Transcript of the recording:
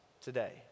Today